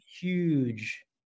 huge